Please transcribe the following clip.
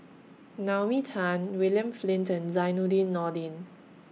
Naomi Tan William Flint and Zainudin Nordin